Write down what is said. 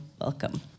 welcome